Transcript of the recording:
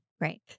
great